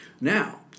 Now